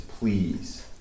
Please